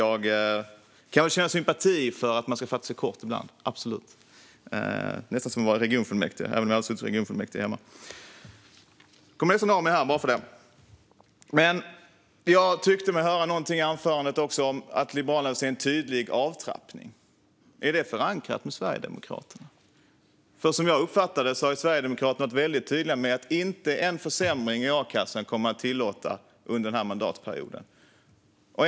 Jag kan också känna sympati för tanken att man ska fatta sig kort ibland, absolut. Det är nästan som att vara i regionfullmäktige, även om jag aldrig suttit i regionfullmäktige hemma. Nu kom jag nästan av mig här bara för det, men: Jag tyckte mig också höra någonting i anförandet om att Liberalerna vill se en tydlig avtrappning. Är det förankrat med Sverigedemokraterna? Som jag uppfattar det har Sverigedemokraterna nämligen varit väldigt tydliga med att de inte kommer att tillåta en enda försämring i a-kassan under mandatperioden.